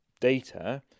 data